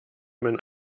man